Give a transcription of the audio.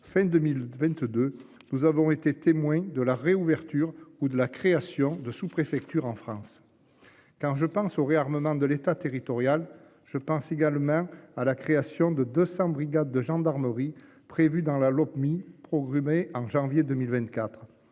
fin 2022, nous avons été témoins de la réouverture ou de la création de sous-préfecture en France. Quand je pense au réarmement de l'État, territorial. Je pense également à la création de 200 brigades de gendarmerie prévus dans la Lopmi, programmée en janvier 2024.